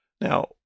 Now